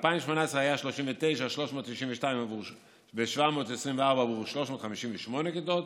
ב-2018 היו 39 מיליון ו-392,724 שקל עבור 358 כיתות,